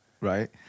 right